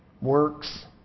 Works